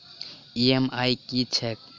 EMI की छैक?